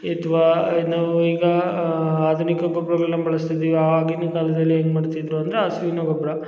ಅಥ್ವಾ ಇನ್ನೂ ಈಗ ಅಧುನಿಕ ಗೊಬ್ಬರಗಳ್ನ ಬಳಸ್ತಿದ್ದೀವಿ ಆಗಿನ ಕಾಲದಲ್ಲಿ ಹೆಂಗ್ ಮಾಡ್ತಿದ್ದರು ಅಂದರೆ ಹಸುವಿನ ಗೊಬ್ಬರ